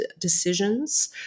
decisions